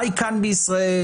חי כאן בישראל,